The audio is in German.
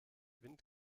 wind